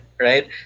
right